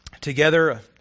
together